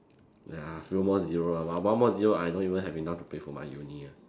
ya few more zero ah one one more zero I don't even have enough to pay for my uni ah